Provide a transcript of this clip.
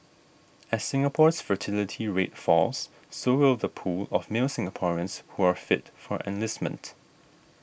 as Singapore's fertility rate falls so will the pool of male Singaporeans who are fit for enlistment